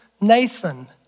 Nathan